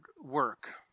work